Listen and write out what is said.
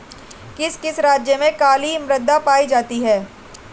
किस किस राज्य में काली मृदा पाई जाती है?